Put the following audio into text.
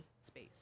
space